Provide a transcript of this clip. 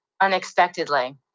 unexpectedly